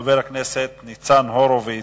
חבר הכנסת ניצן הורוביץ.